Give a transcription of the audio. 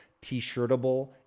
t-shirtable